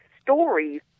stories